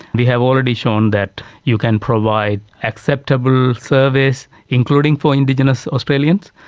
we have already shown that you can provide acceptable service, including for indigenous australians.